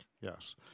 Yes